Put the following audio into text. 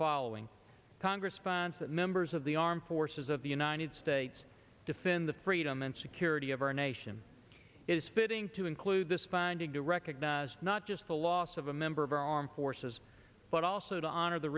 following congress members of the armed forces of the united states defend the freedom and security of our nation is fitting to include this finding to recognize not just the loss of a member of our armed forces but also to honor the